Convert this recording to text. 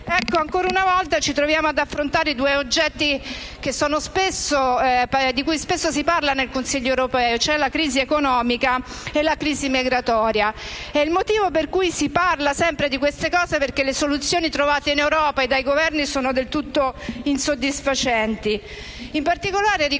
Ancora una volta ci troviamo ad affrontare due temi di cui spesso si parla nel Consiglio europeo: la crisi economica e quella migratoria. Il motivo per cui si parla sempre di queste cose è perché le soluzioni trovate in Europa e dai Governi sono del tutto insoddisfacenti.